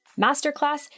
masterclass